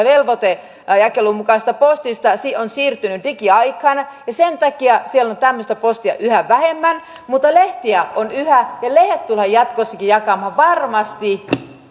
velvoitejakelun mukaisesta postista on siirtynyt digiaikaan sen takia siellä on tämmöistä postia yhä vähemmän mutta lehtiä on yhä ja lehdet tullaan jatkossakin jakamaan varmasti